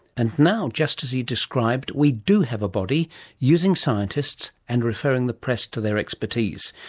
and now, just as he described, we do have a body using scientists and referring the press to their expertise.